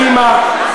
הרי אתה פעם בקדימה,